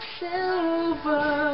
silver